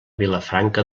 vilafranca